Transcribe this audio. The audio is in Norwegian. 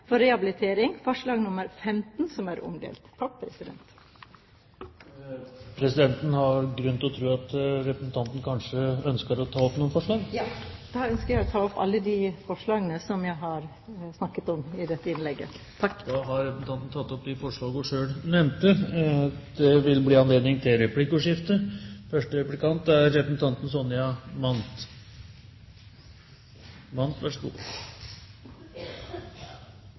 for rehabilitering, forslag nr. 15, som er omdelt. Presidenten har grunn til å tro at representanten ønsker å ta opp noen forslag. Ja. Jeg ønsker å ta opp alle de forslagene jeg har snakket om i dette innlegget. Representanten Borghild Tenden har da tatt opp de forslagene hun refererte til. Det blir replikkordskifte. Venstre foreslår en kommunereform med måltall for hvor mange kommuner vi skal ha, og det eneste de skal få lov til å bestemme, er